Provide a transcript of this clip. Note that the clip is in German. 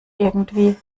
irgendwie